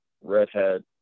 redhead